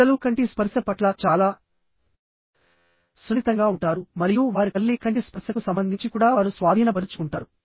పిల్లలు కంటి స్పర్శ పట్ల చాలా సున్నితంగా ఉంటారు మరియు వారి తల్లి కంటి స్పర్శకు సంబంధించి కూడా వారు స్వాధీనపరుచుకుంటారు